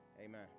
Amen